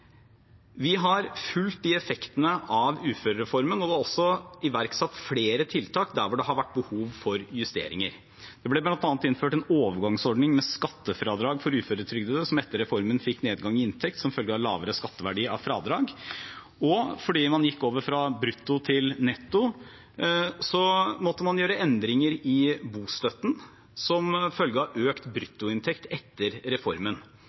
Vi har fulgt effektene av uførereformen og også iverksatt flere tiltak der det har vært behov for justeringer. Det ble bl.a. innført en overgangsordning med skattefradrag for uføretrygdede som etter reformen fikk nedgang i inntekt som følge av lavere skatteverdi av fradrag, og fordi man gikk over fra brutto til netto, måtte man gjøre endringer i bostøtten som følge av økt bruttoinntekt etter reformen.